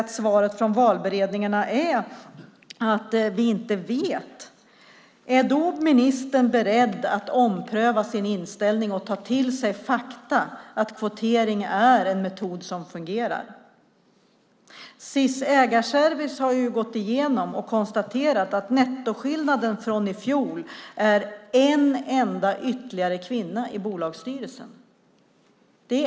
Om svaret från valberedningarna skulle vara att man inte vet, är ministern då beredd att ompröva sin inställning och ta till sig faktumet att kvotering är en metod som fungerar? SIS Ägarservice har gått igenom och konstaterat att nettoskillnaden jämfört med i fjol är en enda ytterligare kvinna i bolagsstyrelserna.